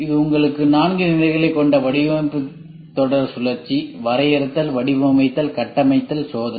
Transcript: இது உங்களுக்கு நான்கு நிலைகளைக் கொண்ட வடிவமைப்பு தொடர்பு சுழற்சி வரையறுத்தல் வடிவமைத்தல் கட்டமைத்தல் சோதனை